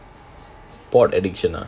pot addiction ah